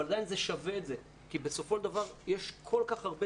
אבל עדיין זה שווה את זה כי בסופו של דבר יש כל כך הרבה